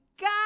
God